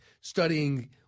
studying